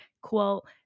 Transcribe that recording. quote